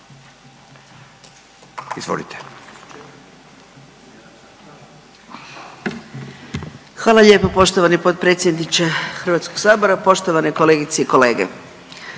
(GLAS)** Hvala lijepo poštovani potpredsjedniče HS, poštovane kolegice i kolege.